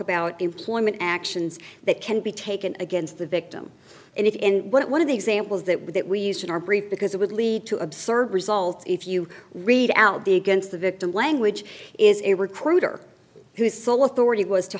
about employment actions that can be taken against the victim and it in one of the examples that we that we use in our brief because it would lead to absurd results if you read out the against the victim language is a recruiter whose sole authority was to